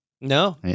No